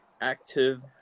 active